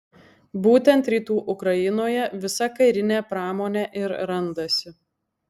būtent rytų ukrainoje visa karinė pramonė ir randasi